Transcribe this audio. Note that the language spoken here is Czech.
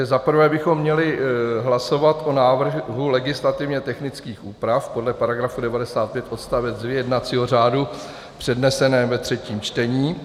Za prvé bychom měli hlasovat o návrhu legislativně technických úprav podle § 95 odst. 2 jednacího řádu přednesených ve třetím čtení.